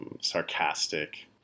sarcastic